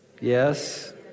yes